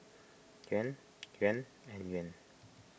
Yuan Yuan and Yuan